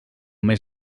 més